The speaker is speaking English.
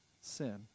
sin